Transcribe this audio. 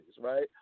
Right